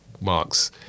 marks